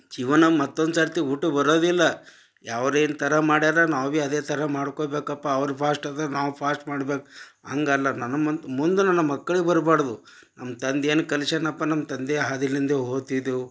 ಜೀವನ ಮತ್ತೊಂದು ಸರ್ತಿ ಹುಟ್ಟಿ ಬರೋದಿಲ್ಲ ಅವ್ರೇನ್ ಥರ ಮಾಡ್ಯಾರ ನಾವು ಭಿ ಅದೇ ಥರ ಮಾಡ್ಕೊಬೇಕಪ್ಪ ಅವ್ರು ಫಾಶ್ಟ್ ಅದರ ನಾವು ಫಾಶ್ಟ್ ಮಾಡ್ಬೇಕು ಹಾಗಲ್ಲ ನನ್ನ ಮುನ್ ಮುಂದೆ ನನ್ನ ಮಕ್ಳಿಗೆ ಬರ್ಬಾರ್ದು ನಮ್ಮ ತಂದೆ ಏನು ಕಲಿಸ್ಯಾನಪ್ಪ ನಮ್ಮ ತಂದೆ ಹಾದಿಲಿಂದೇ ಹೋಗ್ತಿದೆವ್